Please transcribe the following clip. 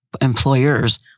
employers